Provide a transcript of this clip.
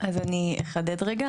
אז אני אחדד רגע.